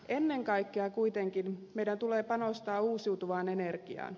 ennen kaikkea kuitenkin meidän tulee panostaa uusiutuvaan energiaan